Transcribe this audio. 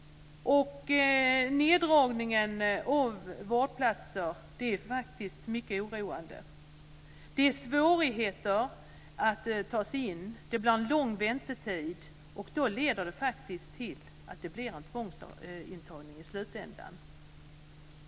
Neddragningen av antalet vårdplatser är mycket oroande. Det är svårt att bli intagen, och det är långa väntetider, vilket kan leda till att det i slutänden blir en tvångsintagning.